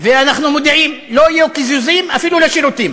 ואנחנו מודיעים: לא יהיו קיזוזים אפילו לשירותים.